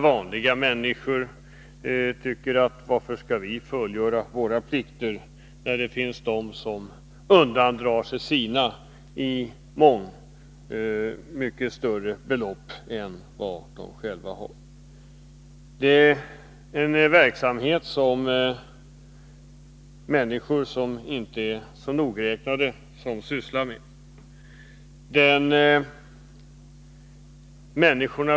Vanliga människor ställer sig frågan varför de skall fullgöra sina plikter när andra, där det rör sig om mycket större belopp, undandrar sig sina. Det är människor som inte är så nogräknade som sysslar med denna verksamhet.